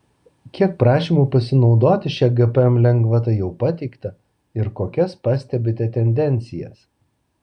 kiek prašymų pasinaudoti šia gpm lengvata jau pateikta ir kokias pastebite tendencijas